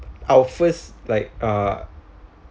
our first like uh